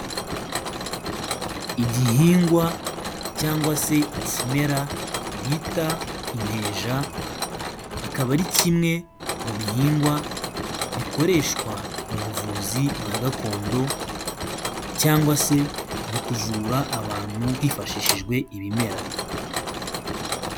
iIgihingwa cyangwa se ikimera bita inteja akaba ari kimwe mu bihingwa bikoreshwa mu buvuzi bwa gakondo cyangwa se mu kuvura abantu hifashishijwe ibimera.